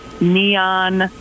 neon